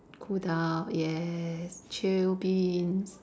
cool down yes chill beans